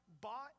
bought